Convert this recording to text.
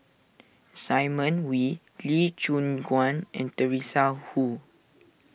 Simon Wee Lee Choon Guan and Teresa Hsu